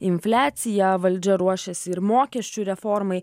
infliaciją valdžia ruošiasi ir mokesčių reformai